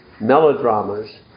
melodramas